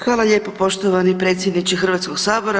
Hvala lijepo poštovani predsjedniče Hrvatskog sabora.